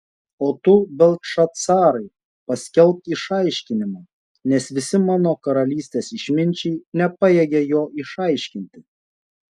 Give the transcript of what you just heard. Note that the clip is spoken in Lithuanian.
o tu beltšacarai paskelbk išaiškinimą nes visi mano karalystės išminčiai nepajėgia jo išaiškinti